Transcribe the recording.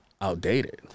outdated